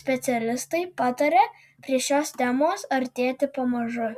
specialistai pataria prie šios temos artėti pamažu